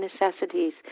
necessities